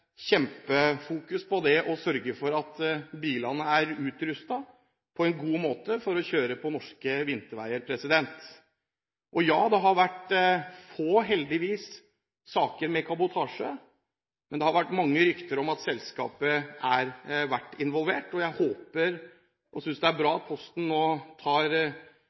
stor vekt på å sørge for at bilene er utrustet på en god måte for å kjøre på norske vinterveier. Det har heldigvis vært få saker med kabotasje, men det har vært mange rykter om at selskapet har vært involvert. Jeg synes det er bra at Posten nå